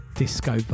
disco